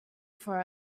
for